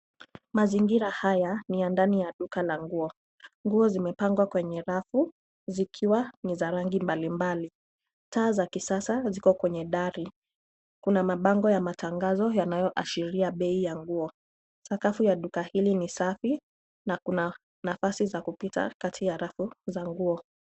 Mazingira haya ni ya ndani ya duka la nguo. Nguo zimepangwa kwenye rafu zikiwa niza rangi mbali mbali. Taa za kisasa ziko kwenye dari. Kuna mabango ya matangazo yanayoashiria bei ya nguo. Sakafu ya duka hili ni safi na kuna nafasi za kupita kati ya rafu za nguo.